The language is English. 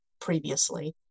previously